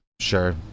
Sure